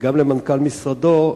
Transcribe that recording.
וגם למנכ"ל משרדו,